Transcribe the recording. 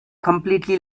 completely